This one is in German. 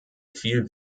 viel